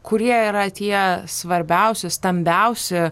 kurie yra tie svarbiausi stambiausi